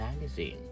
magazine